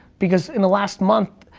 because in the last month,